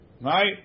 Right